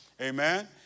Amen